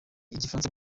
n’igifaransa